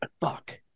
Fuck